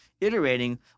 iterating